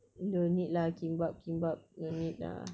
no need lah kimbap kimbap no need lah